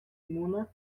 муна